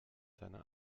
seine